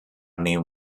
name